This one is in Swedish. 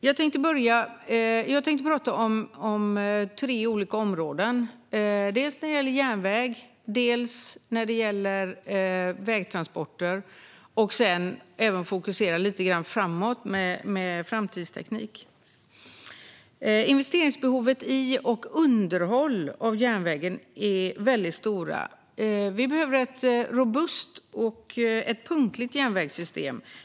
Jag ska tala om tre olika områden: järnväg, vägtransporter och framtidens teknik. Investerings och underhållsbehoven i järnvägen är stora. Vi behöver ett robust och punktligt järnvägssystem.